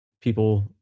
people